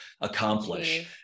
accomplish